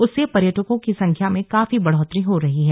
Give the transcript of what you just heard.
उससे पर्यटकों की संख्या में काफी बढ़ोत्तरी हो रही है